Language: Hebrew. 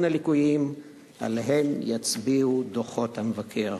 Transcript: הליקויים שעליהם יצביעו דוחות המבקר.